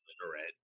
literate